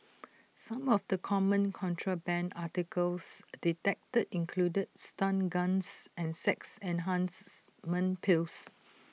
some of the common contraband articles detected included stun guns and sex enhancement pills